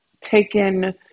taken